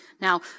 Now